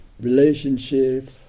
relationship